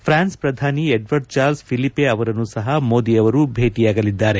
France ಪ್ರಧಾನಿ Edouard Charles Philippe ಅವರನ್ನೂ ಸಹ ಮೋದಿಯವರು ಭೇಟಿಯಾಗಲಿದ್ದಾರೆ